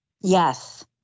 Yes